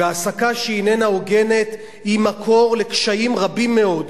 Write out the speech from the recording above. והעסקה שאיננה הוגנת היא מקור לקשיים רבים מאוד,